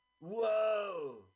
Whoa